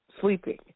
sleeping